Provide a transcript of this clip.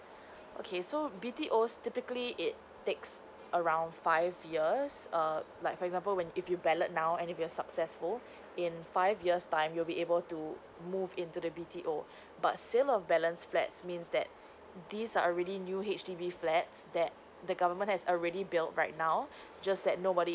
okay so B_T_O typically it takes around five years err like for example when if you ballot now and if you're successful in five years time you'll be able to move into the B_T_O but sale of balance flats means that this are really new H_D_B flats that the government has already built right now just that nobody